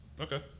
Okay